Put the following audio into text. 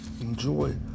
Enjoy